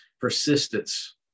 Persistence